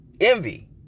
Envy